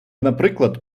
наприклад